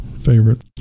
favorite